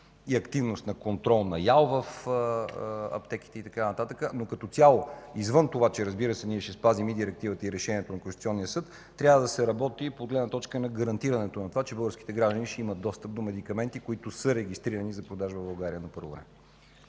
и активност на контрол в аптеките. Но като цяло, извън това, че ще спазим и Директивата, и Решението на Конституционния съд, трябва да се работи и от гледна точка на гарантирането, че българските граждани ще имат достъп до медикаменти, които са регистрирани за продажба в България на първо време.